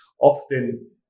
often